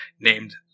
named